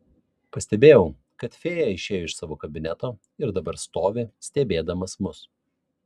pastebėjau kad fėja išėjo iš savo kabineto ir dabar stovi stebėdamas mus